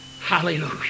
Hallelujah